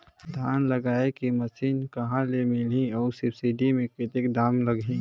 धान जगाय के मशीन कहा ले मिलही अउ सब्सिडी मे कतेक दाम लगही?